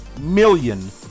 million